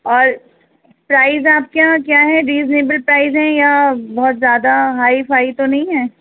اور پرائز آپ کے یہاں کیا ہے ریزنیبل پرائز ہیں یا بہت زیادہ ہائی فائی تو نہیں ہے